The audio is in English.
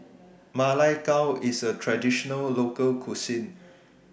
Ma Lai Gao IS A Traditional Local Cuisine